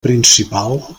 principal